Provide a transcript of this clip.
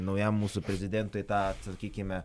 naujam mūsų prezidentui tą sakykime